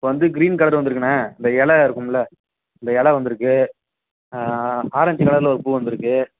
இப்போ வந்து green colour வந்துருக்குண்ணே இந்த இல இருக்குமுல்ல இந்த இல வந்துருக்கு ஆரஞ்சு கலரில் ஒரு பூ வந்துருக்கு